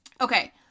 Okay